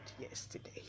yesterday